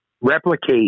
replicate